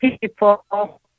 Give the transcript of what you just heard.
people